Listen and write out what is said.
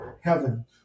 heaven